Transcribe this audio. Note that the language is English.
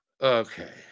Okay